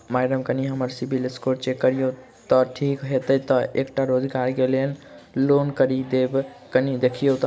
Madam कनि हम्मर CIBIL score check करियो तेँ ठीक हएत ई तऽ एकटा रोजगार केँ लैल लोन करि देब कनि देखीओत?